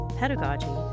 pedagogy